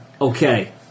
okay